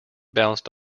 bounced